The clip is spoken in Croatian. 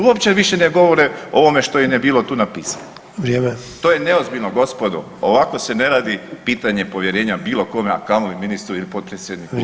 Uopće više ne govore o ovome što im je bilo tu napisano [[Upadica: Vrijeme.]] to je neozbiljno gospodo, ovako se ne radi pitanje povjerenja bilo kome, a kamoli ministru [[Upadica: Vrijeme.]] ili potpredsjedniku vlade.